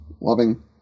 loving